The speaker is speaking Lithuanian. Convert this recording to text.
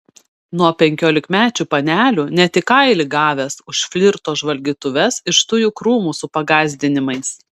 nuo penkiolikmečių panelių net į kailį gavęs už flirto žvalgytuves iš tujų krūmų su pagąsdinimais